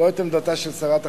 לא את עמדתה של שרת החקלאות.